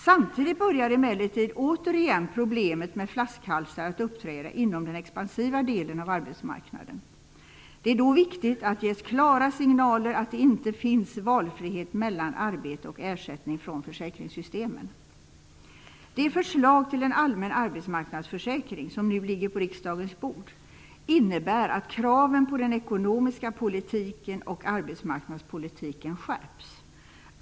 Samtidigt börjar emellertid återigen problemet med flaskhalsar att uppträda inom den expansiva delen av arbetsmarknaden. Det är då viktigt att det ges klara signaler att det inte finns valfrihet mellan arbete och ersättning från försäkringssystemen. Det förslag till en allmän arbetsmarknadsförsäkring som nu ligger på riksdagens bord innebär att kraven på den ekonomiska politiken och arbetsmarknadspolitiken skärps.